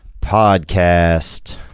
podcast